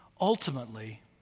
ultimately